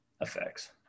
effects